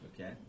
okay